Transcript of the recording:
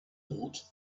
thought